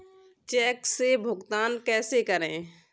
Check से भुगतान कैसे करें?